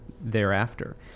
thereafter